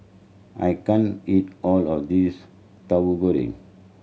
I can't eat all of this Tauhu Goreng